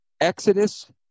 Exodus